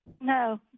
No